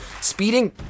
speeding